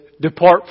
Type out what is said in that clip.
depart